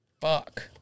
Fuck